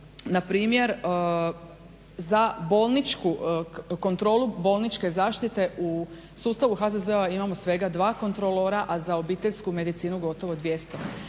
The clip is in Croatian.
bolničku, kontrolu bolničke zaštite u sustavu HZZO imamo svega 2 kontrolora, a za obiteljsku medicinu gotovo 200.